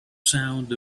sound